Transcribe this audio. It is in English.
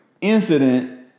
incident